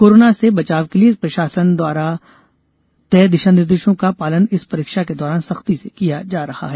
corona से बचाव के लिये शासन द्वारा तय दिशा निर्देश का पालन इस परीक्षा के दौरान सख्ती से किया जा रहा है